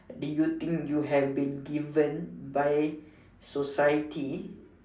do you think you have been given by society